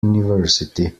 university